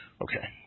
Okay